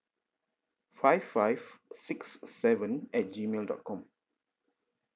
five five six seven at G mail dot com